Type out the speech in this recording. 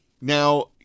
Now